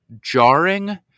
jarring